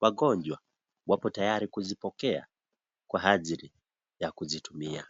Wagonjwa wapo tayari kuzipokea, kwa ajili ya kuzitumia.